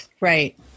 Right